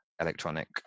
electronic